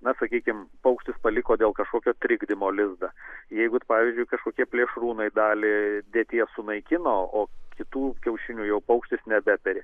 na sakykim paukštis paliko dėl kažkokio trikdymo lizdą jeigu pavyzdžiui kažkokie plėšrūnai dalį sudėties sunaikino o kitų kiaušinių jau paukštis nebeperi